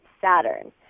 Saturn